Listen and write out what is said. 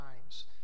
times